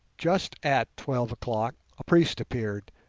just at twelve o'clock a priest appeared,